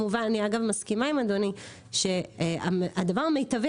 מובן ואני מסכימה עם אדוני שהדבר המיטבי